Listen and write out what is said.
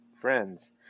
friends